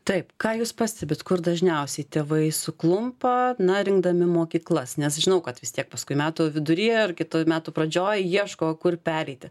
taip ką jūs pastebit kur dažniausiai tėvai suklumpa na rinkdami mokyklas nes žinau kad vis tiek paskui metų vidury ar kitų metų pradžioj ieško kur pereiti